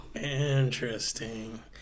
Interesting